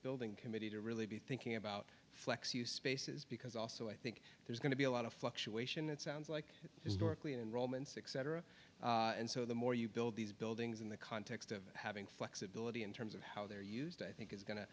building committee to really be thinking about flex you spaces because also i think there's going to be a lot of fluctuation it sounds like historically in roman sic cetera and so the more you build these buildings in the context of having flexibility in terms of how they're used i think is go